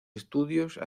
estudios